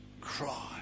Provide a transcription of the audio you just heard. cry